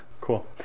cool